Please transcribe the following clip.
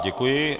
Děkuji.